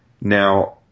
Now